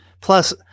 Plus